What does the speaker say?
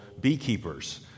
beekeepers